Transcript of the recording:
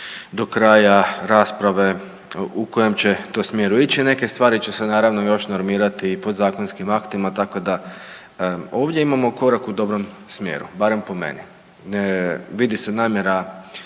do kraja rasprave u kojem će to smjeru ići. Neke stvari će se naravno još normirati i podzakonskim aktima tako da ovdje imamo korak u dobrom smjeru, barem po meni. Vidi se namjera